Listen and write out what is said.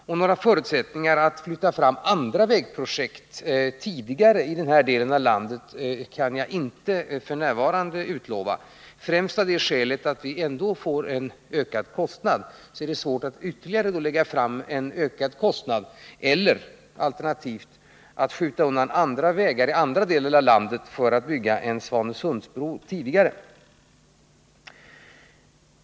Och några förutsättningar att flytta fram andra vägprojekti denna del av landet kan jag f. n. inte se — främst av det skälet att vi ändå får en ökad kostnad. Det är då svårt att lägga fram förslag som för med sig denna ytterligare ökade kostnad eller alternativt att skjuta på byggandet av vägar i andra delar av landet för att tidigare kunna bygga en Svanesundsbro.